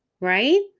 right